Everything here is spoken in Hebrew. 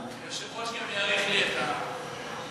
היושב-ראש גם יאריך לי את, תודה.